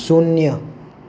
શૂન્ય